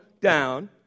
down